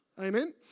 Amen